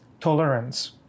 tolerance